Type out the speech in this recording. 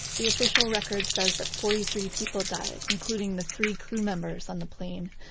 the official record says that forty three people died, including the three crew members on the plane.